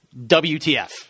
WTF